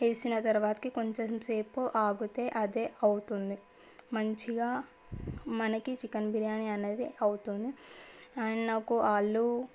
వేసిన తరువాతకి కొంచెం సేపు ఆగితే అదే అవుతుంది మంచిగా మనకి చికెన్ బిర్యానీ అనేది అవుతుంది అని నాకు ఆలు